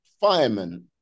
fireman